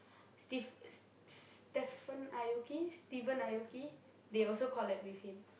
Steve S~ Stephen-Aoki Steven-Aoki they also collab with him